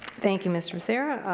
thank you mr. becerra.